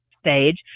stage